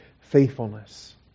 faithfulness